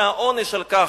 שהעונש על כך,